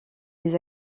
des